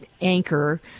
anchor